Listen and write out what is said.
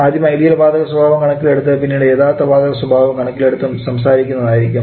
ആദ്യം ഐഡിയൽ വാതക സ്വഭാവം കണക്കിലെടുത്ത് പിന്നീട് യഥാർത്ഥ വാതക സ്വഭാവം കണക്കിലെടുത്തും സംസാരിക്കുന്നത് ആയിരിക്കും